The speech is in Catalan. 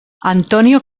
antonio